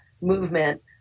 movement